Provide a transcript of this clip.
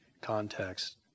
context